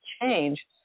change